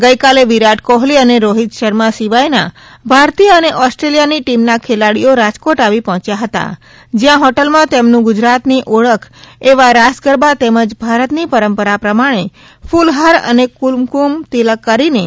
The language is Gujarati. ગઈકાલે વિરાટ કોહલી અને રોહિત શર્મા સિવાયના ભારતીય અને ઓસ્ટ્રેલિયાની ટીમના ખેલાડીઓ રાજકોટ આવી પહોંચ્યા હતા જ્યાં હોટેલમાં તેમનુ ગુજરાતની ઓળખ એવા રાસ ગરબા તેમજ ભારતની પરંપરા પ્રમાણે કૂલહાર અને કુમકુમ તિલક કરીને સ્વાગત કરાયું હતું